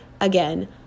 again